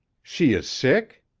she is sick?